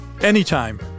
anytime